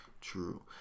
True